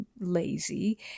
lazy